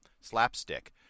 Slapstick